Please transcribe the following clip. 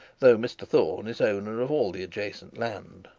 though mr thorne is owner of all the adjacent land.